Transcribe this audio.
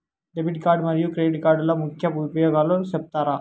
Debit card మరియు credit కార్డుల ముఖ్య ఉపయోగాలు సెప్తారా?